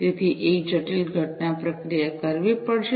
તેથી એક જટિલ ઘટના પ્રક્રિયા કરવી પડશે